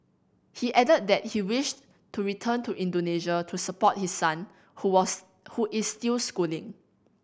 he added that he wished to return to Indonesia to support his son who was who is still schooling